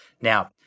Now